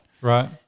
Right